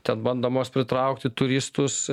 ten bandomos pritraukti turistus